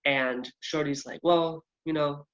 and shorty's like well you know,